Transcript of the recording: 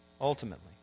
ultimately